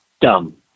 dumb